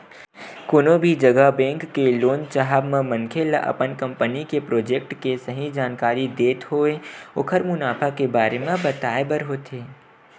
कोनो भी जघा बेंक ले लोन चाहब म मनखे ल अपन कंपनी के प्रोजेक्ट के सही जानकारी देत होय ओखर मुनाफा के बारे म बताय बर होथे